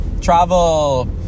travel